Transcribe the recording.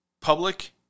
public